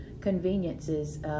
conveniences